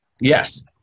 Yes